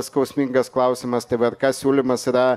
skausmingas klausimas tai vrk siūlymas yra